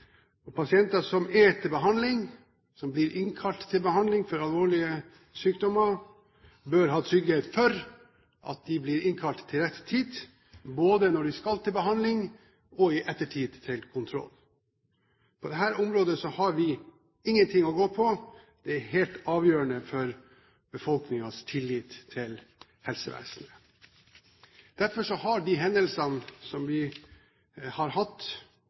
Pasienter som er til behandling, og som blir innkalt til behandling for alvorlige sykdommer, bør ha trygghet for at de blir innkalt til rett tid både når de skal til behandling og i ettertid, når de skal til kontroll. På dette området har vi ingenting å gå på – det er helt avgjørende for befolkningens tillit til helsevesenet. Derfor har de hendelsene vi har hatt,